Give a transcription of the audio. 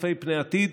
צופי פני עתיד,